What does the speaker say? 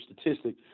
statistic